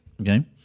okay